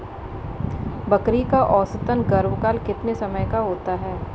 बकरी का औसतन गर्भकाल कितने समय का होता है?